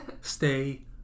stay